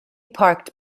parked